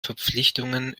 verpflichtungen